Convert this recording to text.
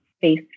face